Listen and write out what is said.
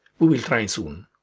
we will try and soon.